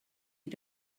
you